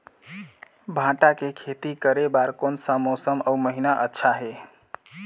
भांटा के खेती करे बार कोन सा मौसम अउ महीना अच्छा हे?